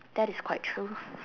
that is quite true